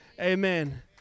Amen